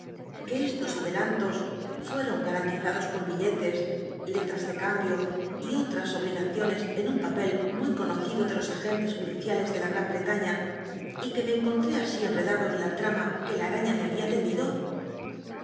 que estos adelanto fueron gatanlizados po billetes letras de cambio y otras obligaciones e uu papel muy conocido de los agentes judiciales de la gran bretaña y que me encontré así enredado en la trama que la araiia me babia tendido